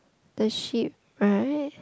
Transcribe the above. the ship right